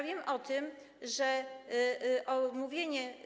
Wiem o tym, że omówienie.